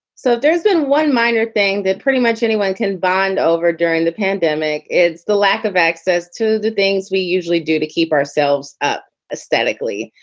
so there has been one minor thing that pretty much anyone can bond over during the pandemic is the lack of access to the things we usually do to keep ourselves up esthetically.